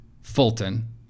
Fulton